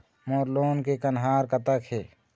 मोर loan के कन्हार कतक हे?